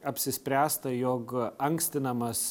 apsispręsta jog ankstinamas